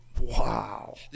Wow